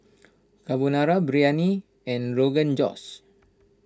Carbonara Biryani and Rogan Josh